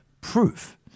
proof